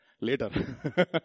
Later